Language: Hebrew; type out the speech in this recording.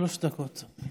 שלוש דקות.